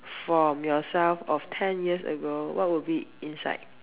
from yourself or ten years ago what would be inside